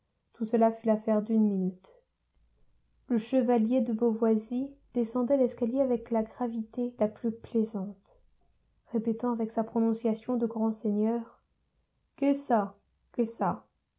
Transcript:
tout cela fut l'affaire d'une minute le chevalier de beauvoisis descendait l'escalier avec la gravité la plus plaisante répétant avec sa prononciation de grand seigneur qu'est ça qu'est ça